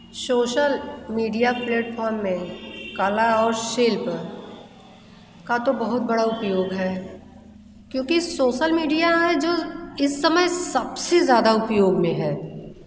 social media platform में कला और शिल्प का तो बहुत बड़ा उपयोग है क्योंकि शोशल मीडिया में जो इस समय सबसे ज़्यादा उपयोग में है